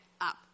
up